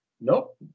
Nope